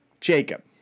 Jacob